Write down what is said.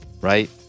right